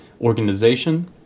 organization